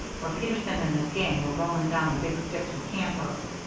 where peterson and his gang were rolling down the big sticks with cant-hooks.